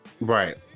Right